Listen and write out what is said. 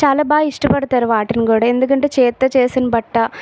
చాలా బాగా ఇష్టపడతారు వాటిని కూడా ఎందుకంటే చేతితో చేసిన బట్ట